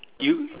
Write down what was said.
you